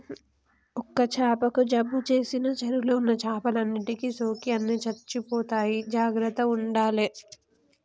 ఒక్క చాపకు జబ్బు చేసిన చెరువుల ఉన్న చేపలన్నిటికి సోకి అన్ని చచ్చిపోతాయి జాగ్రత్తగ ఉండాలే